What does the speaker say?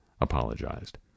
apologized